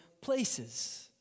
places